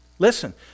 Listen